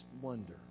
wonder